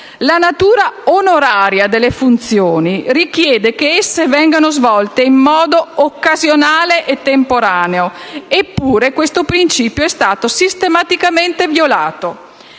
La natura onoraria delle funzioni richiede che esse vengano svolte in modo occasionale e temporaneo; eppure questo principio è stato sistematicamente violato.